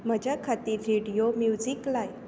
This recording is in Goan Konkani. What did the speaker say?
म्हजे खातीर रेडिओ म्युजीक लाय